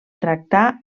tractà